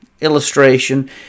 illustration